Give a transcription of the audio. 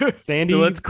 sandy